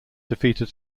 defeated